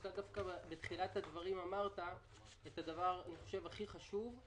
בתחילת הדברים אמרת את הדבר הכי חשוב,